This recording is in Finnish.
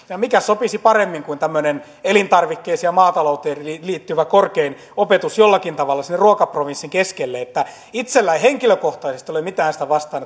ja ja mikä sopisi paremmin kuin tämmöinen elintarvikkeisiin ja maatalouteen liittyvä korkein opetus jollakin tavalla sinne ruokaprovinssin keskelle eli itselläni ei henkilökohtaisesti ole mitään sitä vastaan